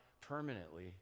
permanently